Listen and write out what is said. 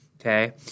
okay